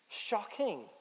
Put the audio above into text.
Shocking